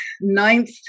ninth